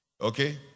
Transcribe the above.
Okay